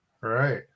Right